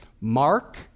Mark